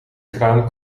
kraan